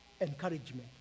Encouragement